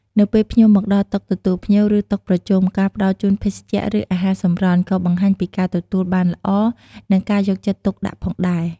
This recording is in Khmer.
នៅពេលភ្ញៀវមកដល់តុទទួលភ្ញៀវ ឬតុប្រជុំ ការផ្តល់ជូនភេសជ្ជៈ ឬអាហារសម្រន់ ក៏បង្ហាញពីការទទួលបានល្អ និងការយកចិត្តទុកដាក់ផងដែរ។